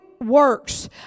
works